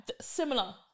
similar